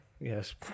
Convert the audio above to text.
Yes